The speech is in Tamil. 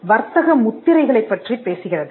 வர்த்தக முத்திரைகளைப் பற்றிப் பேசுகிறது